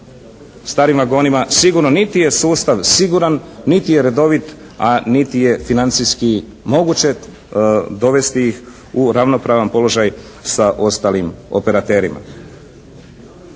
starim vagonima sigurno niti je sustav siguran niti je redovit a niti je financijski moguće dovesti ih u ravnopravan položaj sa ostalim operaterima.